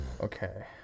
Okay